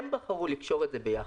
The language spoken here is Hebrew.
הם בחרו לקשור את זה ביחד.